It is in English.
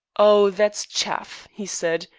oh! that's chaff, he said.